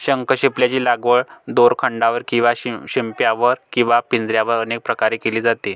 शंखशिंपल्यांची लागवड दोरखंडावर किंवा पिशव्यांवर किंवा पिंजऱ्यांवर अनेक प्रकारे केली जाते